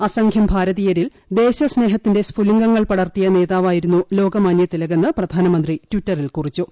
അസംഖ്യം ഭാരതീയരിൽ ദേശസ്നേഹത്തിന്റെ സ്ഫുലിംഗങ്ങൾ പടർത്തിയ നേതാവായിരുന്നു ലോകമാനൃ തിലക് എന്ന് പ്രധാനമന്ത്രി ടിറ്ററിൽ കുറിച്ചു